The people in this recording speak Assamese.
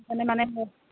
ইফালে মানে